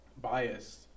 biased